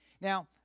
Now